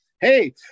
hey